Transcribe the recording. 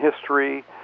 history